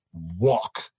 walk